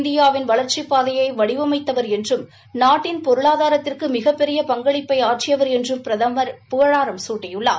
இந்தியாவின் வளர்ச்சிப் பாதையை வடிவமைத்தவர் என்றும் நாட்டின் பொருளாதரத்திற்கு மிகப்பெரிய பங்களிப்பை ஆற்றியவர் என்றும் பிரதமர் புகழாரம் சூட்டியுள்ளார்